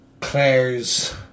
Claire's